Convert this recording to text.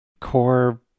core